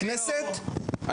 בכנסת,